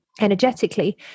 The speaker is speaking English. energetically